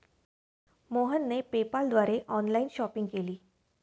मोहनने पेपाल द्वारे online shopping केली